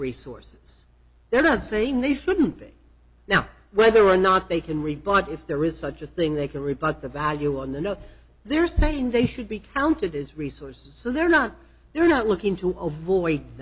resources they're not saying they shouldn't be now whether or not they can rebut if there is such a thing they can rebut the value on the no they're saying they should be counted as resources so they're not they're not looking to avoid